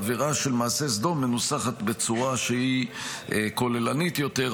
העבירה של מעשה סדום מנוסחת בצורה שהיא כוללנית יותר,